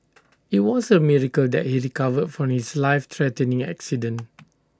IT was A miracle that he recovered from his life threatening accident